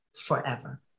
forever